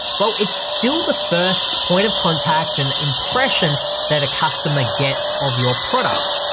well, it's still the first point of contact and the impression that a customer gets of your product.